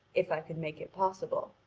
if i could make it possible.